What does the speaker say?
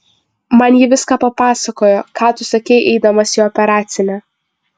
man ji viską papasakojo ką tu sakei eidamas į operacinę